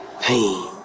Pain